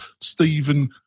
Stephen